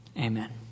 Amen